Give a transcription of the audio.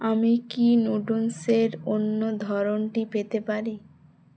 আমি কি নুডুলসের অন্য ধরনটি পেতে পারি